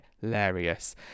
hilarious